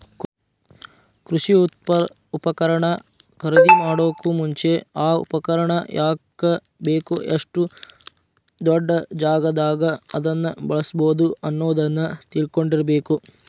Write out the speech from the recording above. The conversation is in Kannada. ಕೃಷಿ ಉಪಕರಣ ಖರೇದಿಮಾಡೋಕು ಮುಂಚೆ, ಆ ಉಪಕರಣ ಯಾಕ ಬೇಕು, ಎಷ್ಟು ದೊಡ್ಡಜಾಗಾದಾಗ ಅದನ್ನ ಬಳ್ಸಬೋದು ಅನ್ನೋದನ್ನ ತಿಳ್ಕೊಂಡಿರಬೇಕು